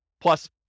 plus